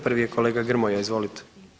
Prvi je kolega Grmoja, izvolite.